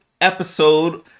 episode